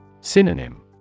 Synonym